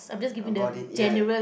about it ya